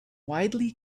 widely